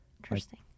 Interesting